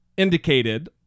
indicated